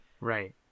right